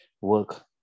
work